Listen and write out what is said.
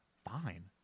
fine